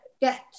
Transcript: get